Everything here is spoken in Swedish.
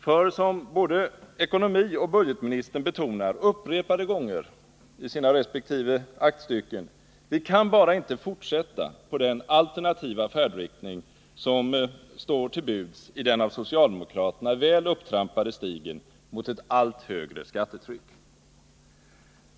För — som både ekonomioch budgetministern betonar upprepade gånger i sina resp. aktstycken — vi kan bara inte fortsätta i den alternativa färdriktning som står till buds på den av socialdemokraterna väl upptrampade stigen mot ett allt högre skattetryck.